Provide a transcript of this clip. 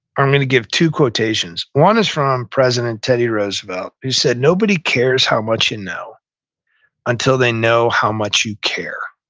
i'm going to give two quotations. one is from president teddy roosevelt, who said, nobody cares how much you know until they know how much you care.